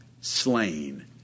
slain